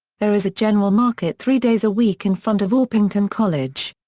there is a general market three days a week in front of orpington college.